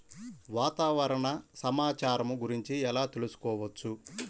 వాతావరణ సమాచారము గురించి ఎలా తెలుకుసుకోవచ్చు?